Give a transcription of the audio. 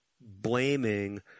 blaming